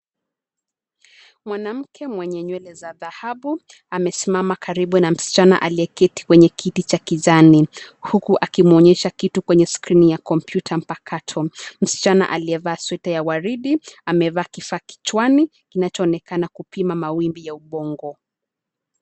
Mwanamke mwenye nywele za dhahabu amesimama karibu na msichana aliyeketi kwenye kiti cha kijani , huku akimwonyesha kitu kwenye skrini ya kompyuta mpakato. Msichana aliyevaa sweater ya waridi, amevaa kifaa kichwani kinachoonekana kupima mawimbi ya ubongo.